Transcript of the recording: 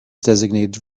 designated